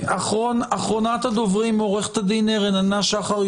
אחרונת הדוברים עורכת הדין רננה שחר,